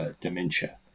dementia